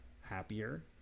happier